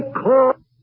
call